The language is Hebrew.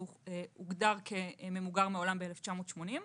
שהוגדר כממוגר מהעולם ב-1980.